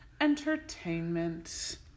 entertainment